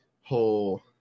whole